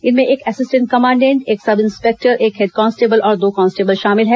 इनमें एक assistant commandant एक सब इंस्पेक्टर एक हेड कांस्टेबल और दो कांस्टेबल शामिल हैं